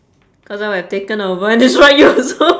cause I would have taken over and destroyed you also